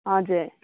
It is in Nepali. हजुर